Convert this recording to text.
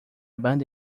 banda